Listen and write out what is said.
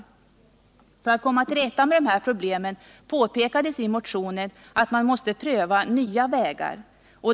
För att komma till rätta med de här problemen måste man, påpekades det i motionen, pröva nya vägar.